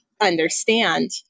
understand